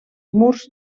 murs